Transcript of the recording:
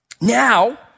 now